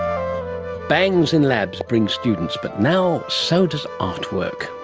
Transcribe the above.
bangs in labs bring students, but now so does artwork.